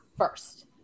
first